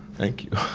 thank you.